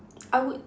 I would